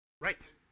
Right